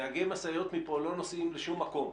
נהגי משאיות לא נוסעים מפה לשום מקום,